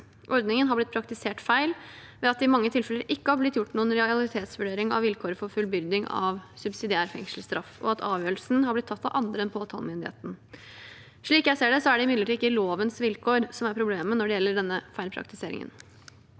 Ordningen har blitt praktisert feil ved at det i mange tilfeller ikke har blitt gjort noen realitetsvurdering av vilkårene for fullbyrding av subsidiær fengselsstraff, og at avgjørelsen har blitt tatt av andre enn påtalemyndigheten. Slik jeg ser det, er det imidlertid ikke lovens vilkår som er problemet når det gjelder denne feilpraktiseringen.